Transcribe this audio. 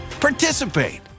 participate